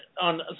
on